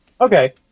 Okay